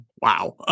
wow